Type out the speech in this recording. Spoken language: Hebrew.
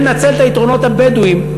זה לנצל את היתרונות הבדואיים.